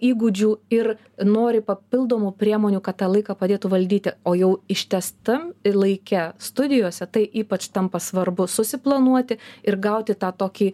įgūdžių ir nori papildomų priemonių kad tą laiką padėtų valdyti o jau ištęstam laike studijose tai ypač tampa svarbu susiplanuoti ir gauti tą tokį